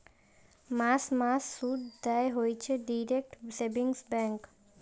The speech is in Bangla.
মাস মাস শুধ দেয় হইছে ডিইরেক্ট সেভিংস ব্যাঙ্ক